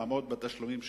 לעמוד בתשלומים שנקבעו.